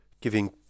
giving